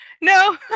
No